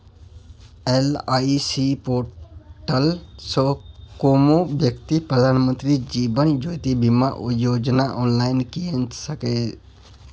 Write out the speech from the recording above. LIC portal सँ कोनो बेकती प्रधानमंत्री जीबन ज्योती बीमा योजना आँनलाइन कीन सकैए